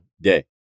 day